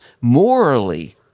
morally